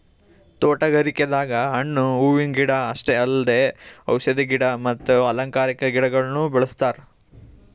ತೋಟಗಾರಿಕೆದಾಗ್ ಹಣ್ಣ್ ಹೂವಿನ ಗಿಡ ಅಷ್ಟೇ ಅಲ್ದೆ ಔಷಧಿ ಗಿಡ ಮತ್ತ್ ಅಲಂಕಾರಿಕಾ ಗಿಡಗೊಳ್ನು ಬೆಳೆಸ್ತಾರ್